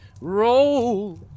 Roll